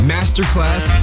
Masterclass